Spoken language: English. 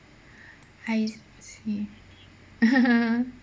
I see